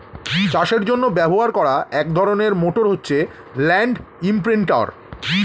চাষের জন্য ব্যবহার করা এক ধরনের মোটর হচ্ছে ল্যান্ড ইমপ্রিন্টের